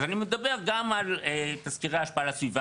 אז אני מדבר גם על תסקירי השפעה לסביבה.